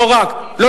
לא,